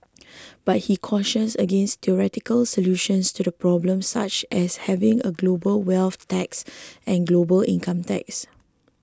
but he cautioned against theoretical solutions to the problem such as having a global wealth tax and global income tax